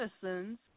citizens